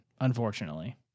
Unfortunately